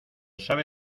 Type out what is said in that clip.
sabe